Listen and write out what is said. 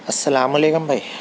السلام علیکم بھائی